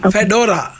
Fedora